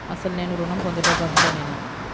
అసలు నేను ఋణం పొందుటకు అర్హుడనేన?